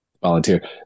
volunteer